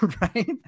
Right